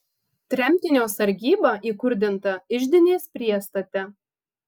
tremtinio sargyba įkurdinta iždinės priestate